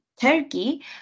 Turkey